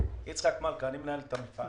אני מנהל את המפעל.